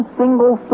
single